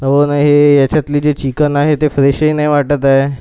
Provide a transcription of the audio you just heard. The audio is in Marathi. हो ना हे ह्याच्यातले जे चिकन आहे ते फ्रेशही नाही वाटत आहे